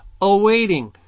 awaiting